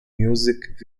music